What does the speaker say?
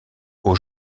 aux